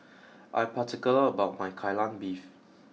I am particular about my Kai Lan beef